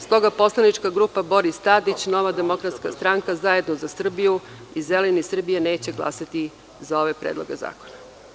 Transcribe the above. Stoga poslanička grupa Boris Tadić – Nova demokratska stranka, Zajedno za Srbiju i Zeleni Srbije neće glasati za ove predloge zakona.